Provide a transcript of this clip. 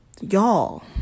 y'all